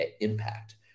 impact